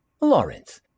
Lawrence